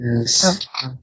Yes